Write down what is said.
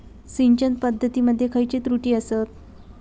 सिंचन पद्धती मध्ये खयचे त्रुटी आसत?